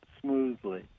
smoothly